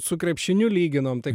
su krepšiniu lyginom tai